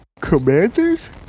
Commanders